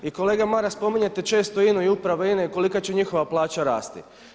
I kolega Maras spominjete često INA-u i upravu INA-e i koliko će njihova plaća rasti.